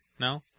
No